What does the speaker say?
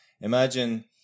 imagine